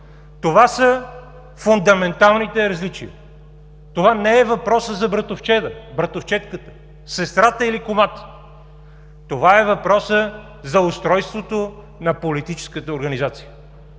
Това са фундаменталните различия. Това не е въпросът за братовчеда, братовчедката, сестрата или кумата. Това е въпросът за устройството на политическата организация.